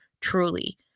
truly